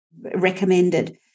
recommended